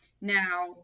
now